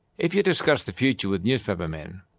if you discuss the future with newspapermen,